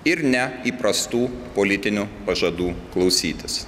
ir ne įprastų politinių pažadų klausytis